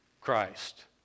Christ